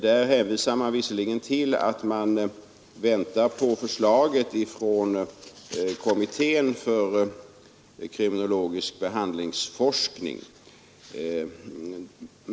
Där hänvisas visserligen till att man väntar på förslaget från kommittén för kriminologisk behandlingsforskning.